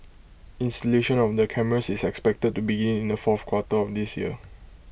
installation of the cameras is expected to begin in the fourth quarter of this year